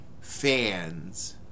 fans